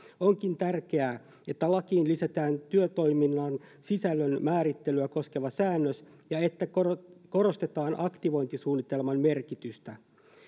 onkin tärkeää että lakiin lisätään työtoiminnan sisällön määrittelyä koskeva säännös ja että korostetaan korostetaan aktivointisuunnitelman merkitystä